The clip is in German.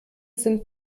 sind